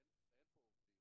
אין פה עובדים,